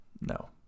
No